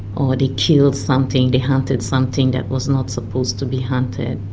or they killed something, they hunted something that was not supposed to be hunted.